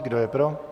Kdo je pro?